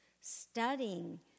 studying